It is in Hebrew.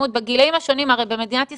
הרי במדינת ישראל,